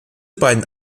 beiden